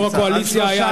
יו"ר הקואליציה היה,